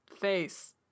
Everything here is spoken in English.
face